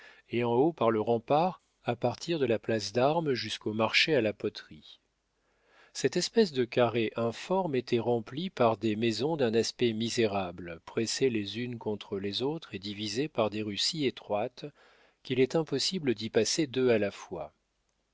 et en haut par le rempart à partir de la place d'armes jusqu'au marché à la poterie cette espèce de carré informe était rempli par des maisons d'un aspect misérable pressées les unes contre les autres et divisées par des rues si étroites qu'il est impossible d'y passer deux à la fois